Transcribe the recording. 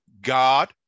God